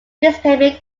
newspaper